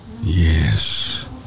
Yes